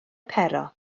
pero